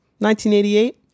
1988